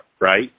right